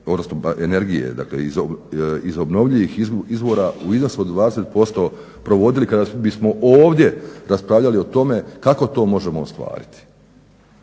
proizvodnji energije iz obnovljivih izvora u iznosu od 20% provodili kada bismo ovdje raspravljali o tome kako to možemo ostvariti.